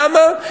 למה?